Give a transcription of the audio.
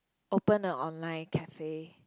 open a online cafe